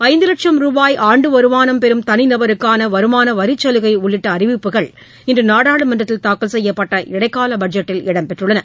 ஐந்து லட்சம் ரூபாய் ஆண்டு வருமானம் பெறும் தனி நபருக்கான வருமான வரிச்சலுகை உள்ளிட்ட அறிவிப்புகள் இன்று நாடாளுமன்றத்தில் தாக்கல் செய்யபட்ட இடைக்கால பட்ஜெட்டில் இடம்பெற்றுள்ளன